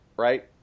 Right